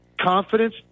confidence